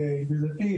לידידתי,